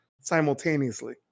simultaneously